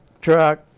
truck